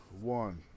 one